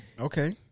Okay